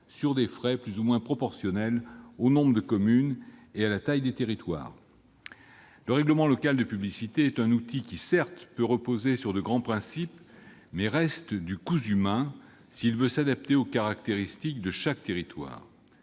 sur des frais plus ou moins proportionnels au nombre de communes et à la taille du territoire. Le règlement local de publicité est un outil qui peut, certes, reposer sur de grands principes, mais qui reste du « cousu main », pour s'adapter aux caractéristiques de chaque territoire.